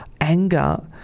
anger